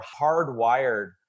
hardwired